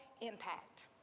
impact